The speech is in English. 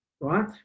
right